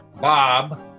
Bob